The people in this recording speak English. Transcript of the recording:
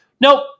nope